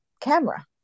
camera